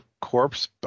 corpse